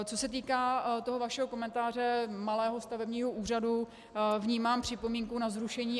Co se týká vašeho komentáře malého stavebního úřadu, vnímám připomínku na zrušení.